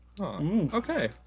okay